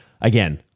Again